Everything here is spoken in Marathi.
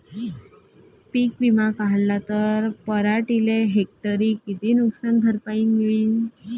पीक विमा काढला त पराटीले हेक्टरी किती नुकसान भरपाई मिळीनं?